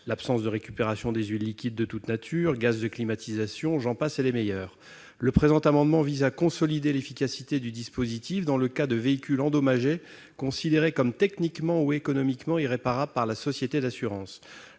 absence de récupération des huiles, des liquides de toute nature, des gaz de climatisation, etc. Le présent amendement vise à consolider l'efficacité du dispositif dans le cas de véhicules endommagés considérés comme techniquement ou économiquement irréparables par la société d'assurance.